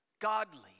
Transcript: Godly